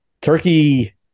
Turkey